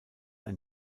ein